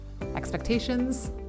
expectations